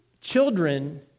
children